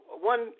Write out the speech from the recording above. one